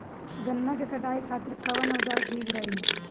गन्ना के कटाई खातिर कवन औजार ठीक रही?